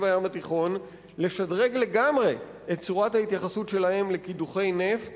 הים התיכון לשדרג לגמרי את צורת ההתייחסות שלהן לקידוחי נפט